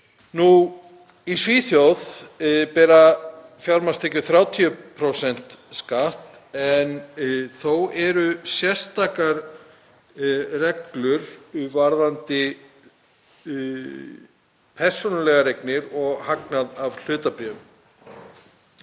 Í Svíþjóð bera fjármagnstekjur 30% skatt en þó eru sérstakrar reglur varðandi persónulegar eignir og hagnað af hlutabréfum.